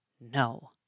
no